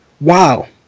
Wow